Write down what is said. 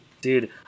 dude